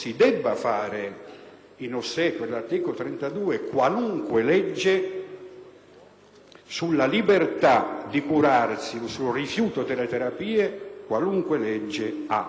sulla libertà di curarsi o sul rifiuto delle terapie, qualunque legge ha un limite; e la nostra Costituzione